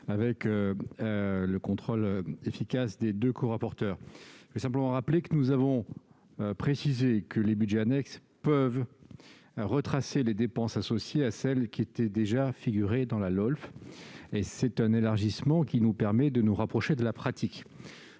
sous le contrôle efficace des deux rapporteurs. Nous avons précisé que les budgets annexes peuvent retracer les dépenses associées à celles qui étaient déjà retracées dans la LOLF. C'est un élargissement qui nous permet de nous rapprocher de la pratique.